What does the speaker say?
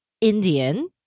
indian